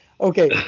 Okay